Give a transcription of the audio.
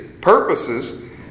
purposes